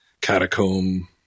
catacomb